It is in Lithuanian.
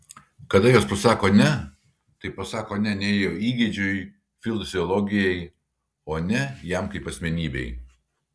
kada jos pasako ne tai pasako ne ne jo įgeidžiui fiziologijai o ne jam kaip asmenybei